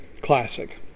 classic